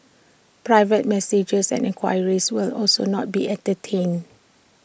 private messages and enquiries will also not be entertained